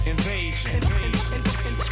Invasion